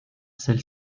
celle